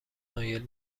نایل